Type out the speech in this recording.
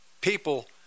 people